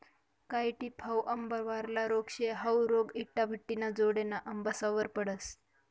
कायी टिप हाउ आंबावरला रोग शे, हाउ रोग इटाभट्टिना जोडेना आंबासवर पडस